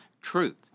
truth